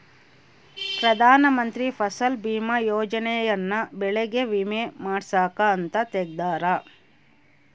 ಪ್ರಧಾನ ಮಂತ್ರಿ ಫಸಲ್ ಬಿಮಾ ಯೋಜನೆ ಯನ್ನ ಬೆಳೆಗೆ ವಿಮೆ ಮಾಡ್ಸಾಕ್ ಅಂತ ತೆಗ್ದಾರ